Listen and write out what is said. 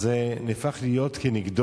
אז זה נהפך להיות "כנגדו".